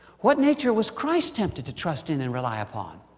what nature was christ tempted to trust in and rely upon?